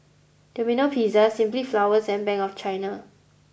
Domino Pizza Simply Flowers and Bank of China